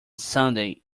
sunday